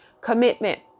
commitment